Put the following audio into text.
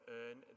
earn